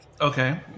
Okay